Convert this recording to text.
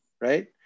right